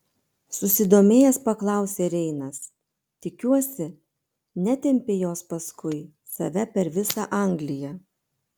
susidomėjęs paklausė reinas tikiuosi netempei jos paskui save per visą angliją